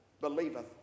Believeth